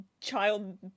child